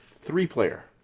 Three-player